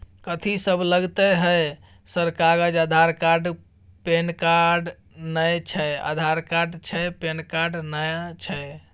कथि सब लगतै है सर कागज आधार कार्ड पैन कार्ड नए छै आधार कार्ड छै पैन कार्ड ना छै?